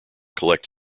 collect